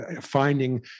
finding